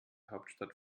hauptstadt